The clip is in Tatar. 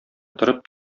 торып